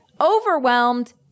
overwhelmed